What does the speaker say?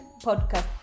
podcast